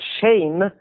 shame